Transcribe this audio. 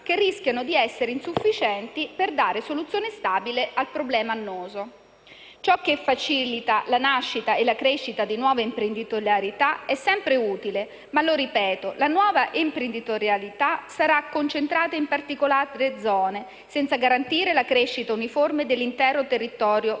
che rischiano di essere insufficienti per dare soluzione stabile al problema annoso. Ciò che facilita la nascita e la crescita di nuova imprenditorialità è sempre utile, ma - lo ripeto - la nuova imprenditorialità sarà concentrata in particolari zone, senza garantire la crescita uniforme dell'intero territorio meridionale,